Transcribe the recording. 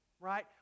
right